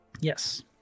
Yes